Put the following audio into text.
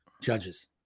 judges